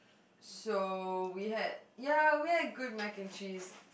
so we had ya we had good Mac and Cheese